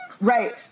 Right